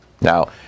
Now